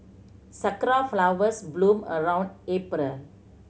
sakura flowers bloom around April